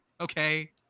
Okay